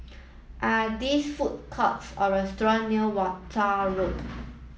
are there food courts or restaurants near Walton Road